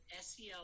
SEL